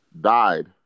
died